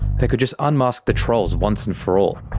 they could just unmask the trolls once and for all.